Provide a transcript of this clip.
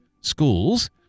schools